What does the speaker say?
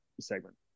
segment